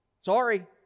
Sorry